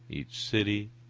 each city,